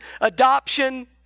adoption